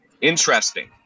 interesting